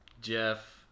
Jeff